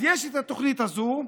יש את התוכנית הזאת,